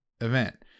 event